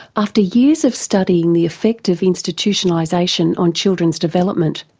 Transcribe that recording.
after years of studying the effect of institutionalisation on children's development,